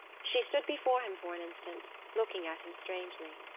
she stood before him for an instant, looking at him strangely.